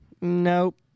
nope